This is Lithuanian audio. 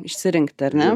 išsirinkti ar ne